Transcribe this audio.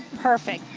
perfect.